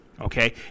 okay